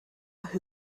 who